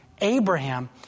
Abraham